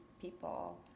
people